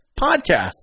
podcast